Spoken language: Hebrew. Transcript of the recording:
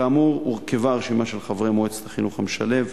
כאמור, הורכבה הרשימה של חברי מועצת החינוך המשלב.